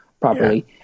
properly